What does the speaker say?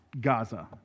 Gaza